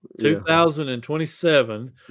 2027